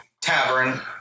tavern